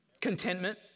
contentment